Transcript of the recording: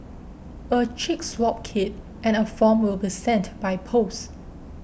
a cheek swab kit and a form will be sent by post